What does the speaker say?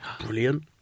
Brilliant